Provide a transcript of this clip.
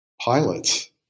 pilots